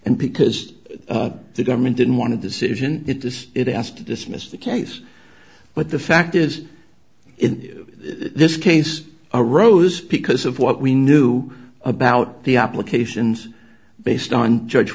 and because the government didn't want to decision it is it has to dismiss the case but the fact is in this case arose because of what we knew about the applications based on judge